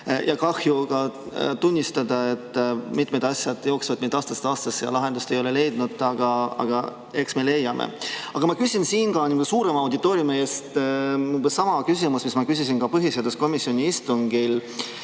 ja kahju on tunnistada, et mitmed asjad püsivad meil aastast aastasse ja lahendust ei ole leitud. Aga eks me leiame. Aga ma küsin siinkohal suurema auditooriumi ees umbes sama küsimuse, mis ma küsisin põhiseaduskomisjoni istungil